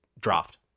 draft